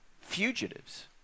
fugitives